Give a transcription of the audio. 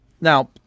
Now